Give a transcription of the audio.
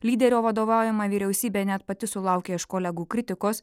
lyderio vadovaujama vyriausybė net pati sulaukė iš kolegų kritikos